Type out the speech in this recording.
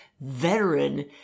veteran